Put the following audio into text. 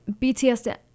bts